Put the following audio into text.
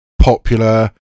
popular